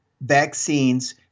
vaccines